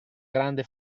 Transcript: grande